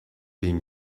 been